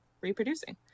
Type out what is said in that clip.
reproducing